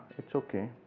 it's ok